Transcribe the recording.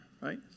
right